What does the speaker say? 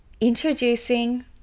introducing